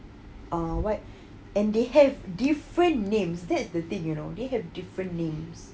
uh what and they have different names that's the thing you know they have different names